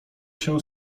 się